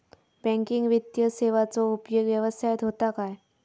Banking वित्तीय सेवाचो उपयोग व्यवसायात होता काय?